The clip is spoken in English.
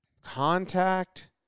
contact